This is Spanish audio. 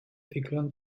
ciclón